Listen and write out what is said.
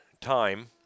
time